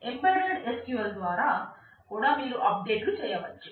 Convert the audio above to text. embedded SQL ద్వారా కూడా మీరు అప్ డేట్ లు చేయవచ్చు